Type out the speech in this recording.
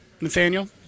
Nathaniel